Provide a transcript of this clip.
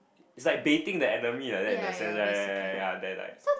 is like baiting the enemy like that in a sense ya ya ya ya then like